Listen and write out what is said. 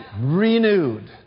renewed